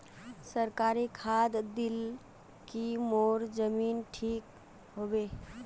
सरकारी खाद दिल की मोर जमीन ठीक होबे?